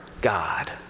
God